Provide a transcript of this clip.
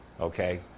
Okay